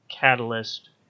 Catalyst